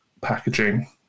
packaging